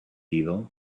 evil